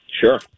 Sure